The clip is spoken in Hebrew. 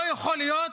לא יכול להיות